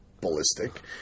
ballistic